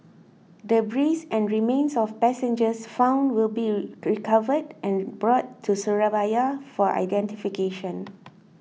debris and remains of passengers found will be recovered and brought to Surabaya for identification